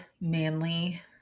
manly